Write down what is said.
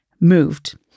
moved